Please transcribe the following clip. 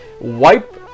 Wipe